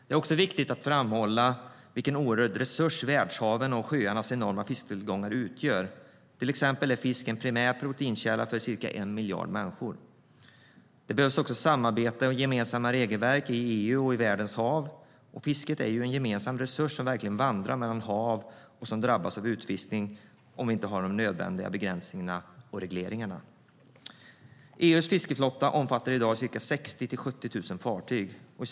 Det är viktigt att framhålla vilken oerhörd resurs världshavens och sjöarnas enorma fisktillgångar utgör. Exempelvis är fisk en primär proteinkälla för ca 1 miljard människor. Det behövs samarbete och gemensamma regelverk när det gäller EU och världens hav. Fisket är ju en gemensam resurs som verkligen vandrar mellan hav och som drabbas av utfiskning om vi inte har nödvändiga begränsningar och regleringar. EU:s fiskeflotta omfattar i dag 60 000-70 000 fartyg.